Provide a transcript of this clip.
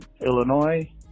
Illinois